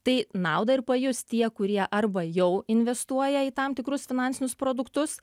tai naudą ir pajus tie kurie arba jau investuoja į tam tikrus finansinius produktus